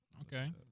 Okay